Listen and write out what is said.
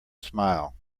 smile